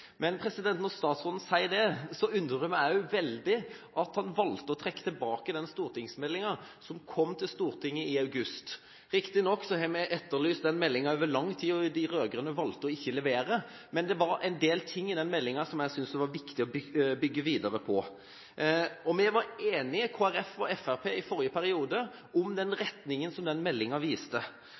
Men når statsråden sier dette, undrer det meg veldig at han har valgt å trekke tilbake den stortingsmeldinga som kom til Stortinget i august. Riktignok har vi over lang tid etterlyst denne meldinga – og de rød-grønne valgte ikke å levere – men det var en del ting i meldinga som jeg synes det ville være viktig å bygge videre på. Kristelig Folkeparti og Fremskrittspartiet var i forrige periode enige om den retninga som denne meldinga viste.